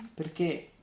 perché